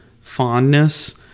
fondness